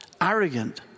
arrogant